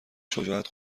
شجاعت